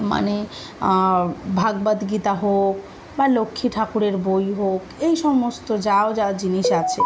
মানে ভাগবদ্গীতা হোক বা লক্ষ্মী ঠাকুরের বই হোক এই সমস্ত যা যা জিনিস আছে